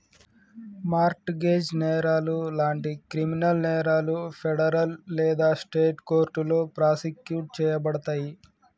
mart gauge నేరాలు లాంటి criminal నేరాలు ఫెడరల్ లేదా స్టేట్ కోర్టులో ప్రాసిక్యూట్ చేయబడతయి